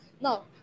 no